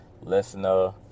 listener